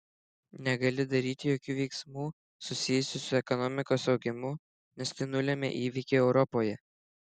negali daryti jokių veiksmų susijusių su ekonomikos augimu nes tai nulemia įvykiai europoje